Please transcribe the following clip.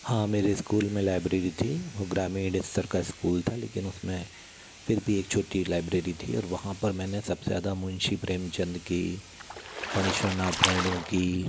हाँ मेरे इस्कूल में लाइब्रेरी थी वह ग्रामीण स्तर का इस्कूल था लेकिन उस में फिर भी एक छोटी लाइब्रेरी थी और वहाँ पर मैंने सब से ज़्यादा मुंशी प्रेमचंद की पणीश्वर नात रेणु की